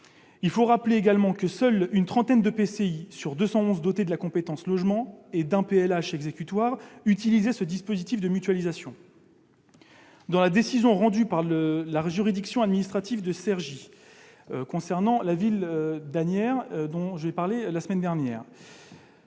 Il faut également rappeler que seule une trentaine d'EPCI sur 211 dotés de la compétence logement et d'un PLH exécutoire utilisaient ce dispositif de mutualisation. Par la décision rendue par la juridiction administrative de Cergy-Pontoise concernant la ville d'Asnières-sur-Seine, dont j'ai parlé la semaine dernière,